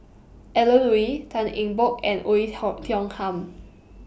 Alan Oei Tan Eng Bock and Oei Ho Tiong Ham